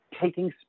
taking